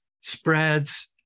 spreads